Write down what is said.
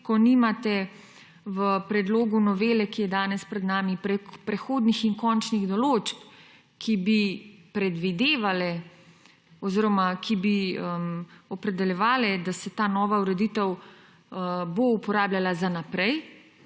ko nimate v predlogu novele, ki je danes pred nami, prehodnih in končnih določb, ki bi predvidevale oziroma ki bi opredeljevale, da se bo ta nova ureditev uporabljala za naprej,